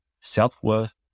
self-worth